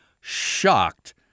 shocked